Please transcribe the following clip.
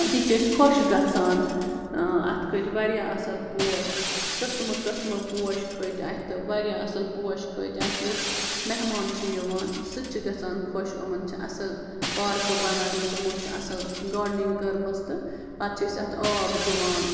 أتی چھِ أسۍ خۄش گھژان اَتھ کتٔھۍ واریاہ اَصٕل پوش قٕسمہٕ قسمہٕ پوش کھٔتۍ اَتھ تہٕ واریاہ اَصٕل پوش کھٔتۍ اَتھ یُس مہمان چھِ یِوان سُہ تہِ چھِ گَژھان خۄش یِمن چھِ اَصٕل پارکہٕ بَنایمَژٕ یِمو چھِ اَصٕل گاڈنِنٛگ کٔرمٕژ تہٕ پتہٕ چھِ أسۍ اَتھ آب دِوان